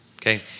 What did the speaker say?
okay